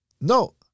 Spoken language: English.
No